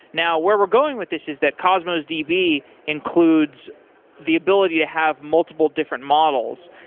now, where we're going with this is that cosmos db includes the ability to have multiple different models.